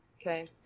okay